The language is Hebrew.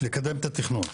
לקדם את התכנון.